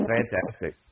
Fantastic